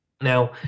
Now